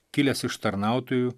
kilęs iš tarnautojų